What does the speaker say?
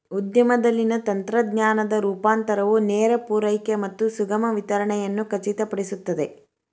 ಉದ್ಯಮದಲ್ಲಿನ ತಂತ್ರಜ್ಞಾನದ ರೂಪಾಂತರವು ನೇರ ಪೂರೈಕೆ ಮತ್ತು ಸುಗಮ ವಿತರಣೆಯನ್ನು ಖಚಿತಪಡಿಸುತ್ತದೆ